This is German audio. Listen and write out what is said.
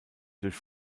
durch